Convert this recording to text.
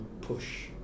push